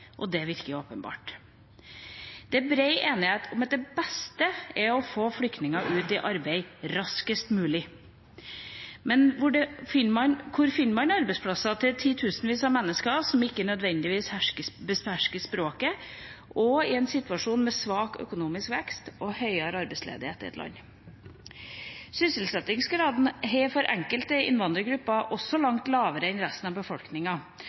Det virker åpenbart. Det er bred enighet om at det beste er å få flyktningene ut i arbeid raskest mulig. Men hvor finner man arbeidsplasser til titusenvis av mennesker, som ikke nødvendigvis behersker språket, i en situasjon med svak økonomisk vekst og høyere arbeidsledighet i et land? Sysselsettingsgraden er for enkelte innvandrergrupper også langt lavere enn for resten av befolkninga,